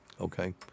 Okay